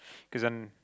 cause on